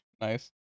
Nice